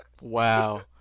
Wow